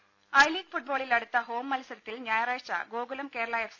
രുമ I league ഫുട്ബാളിൽ അടുത്ത ഹോം മത്സരത്തിൽ ഞായറാഴ്ച ഗോകുലം കേരള എഫ്